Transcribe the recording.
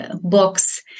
books